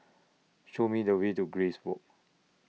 Show Me The Way to Grace Walk